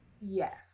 Yes